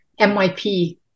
MYP